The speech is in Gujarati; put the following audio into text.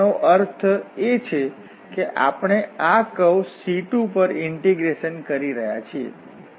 તેનો અર્થ એ કે આપણે આ કરવ C2 પર ઇન્ટીગ્રેશન કરી રહ્યાં છીએ